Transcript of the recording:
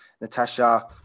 Natasha